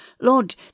Lord